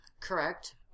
Correct